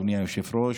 אדוני היושב-ראש,